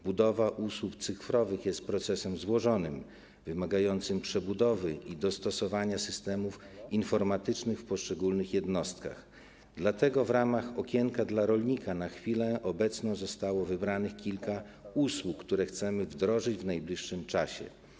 Budowa usług cyfrowych jest procesem złożonym, który wymaga przebudowy i dostosowania systemów informatycznych w poszczególnych jednostkach, dlatego w ramach okienka dla rolnika na chwilę obecną zostało wybranych kilka usług, które chcemy wdrożyć w najbliższym czasie.